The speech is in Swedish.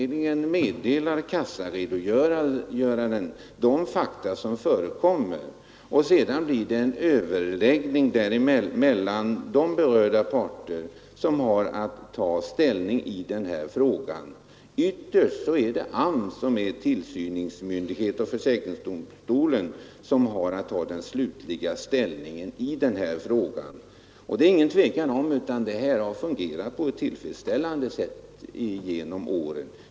Den meddelar kassaredogöraren de fakta som föreligger och sedan blir det en överläggning mellan de berörda parter som har att ta ställning i denna fråga. Ytterst är det AMS, som är tillsynsmyndighet, och försäkringsdomstolen som har att ta slutlig ställning. Det råder inget tvivel om att detta har fungerat på ett tillfredsställande sätt genom åren.